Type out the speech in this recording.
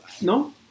No